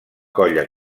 colla